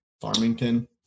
farmington